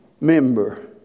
member